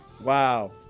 Wow